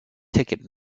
ticket